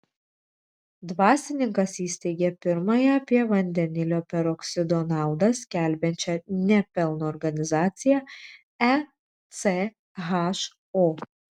dvasininkas įsteigė pirmąją apie vandenilio peroksido naudą skelbiančią ne pelno organizaciją echo